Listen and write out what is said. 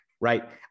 Right